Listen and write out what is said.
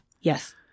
Yes